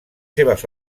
seves